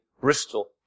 Bristol